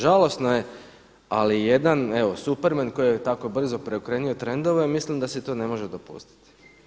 Žalosno je, ali je jedan Superman koji je tako brzo preokrenuo trendove mislim da si to ne može dopustiti.